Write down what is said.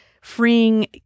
freeing